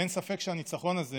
ואין ספק שהניצחון הזה